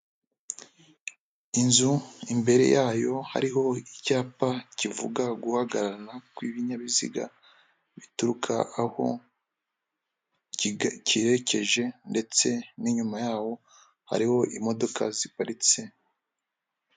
Inzu imbere yayo hariho icyapa kivuga guhagarara kw'ibinyabiziga, bituruka aho kerekeje, ndetse n'inyuma yaho hariho imodoka ziparitse.